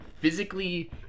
physically